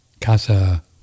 Casa